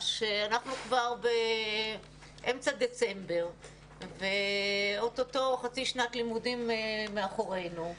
שאנחנו כבר באמצע דצמבר ועוד מעט חצי שנת לימודים מאחורינו,